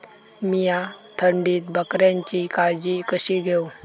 मीया थंडीत बकऱ्यांची काळजी कशी घेव?